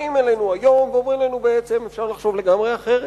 באים אלינו היום ואומרים לנו בעצם: אפשר לחשוב לגמרי אחרת.